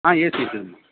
ஆ AC இருக்குதும்மா